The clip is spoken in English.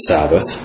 Sabbath